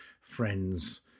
friends